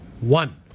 one